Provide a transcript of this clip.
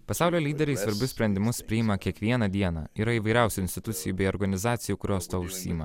pasaulio lyderiai svarbius sprendimus priima kiekvieną dieną yra įvairiausių institucijų bei organizacijų kurios tuo užsiima